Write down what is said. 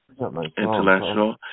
intellectual